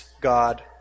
God